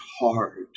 hard